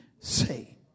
say